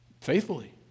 faithfully